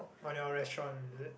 on restaurant is it